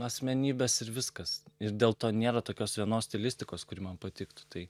asmenybės ir viskas ir dėl to nėra tokios vienos stilistikos kuri man patiktų tai